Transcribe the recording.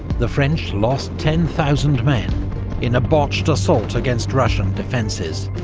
the french lost ten thousand men in a botched assault against russian defences.